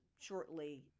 shortly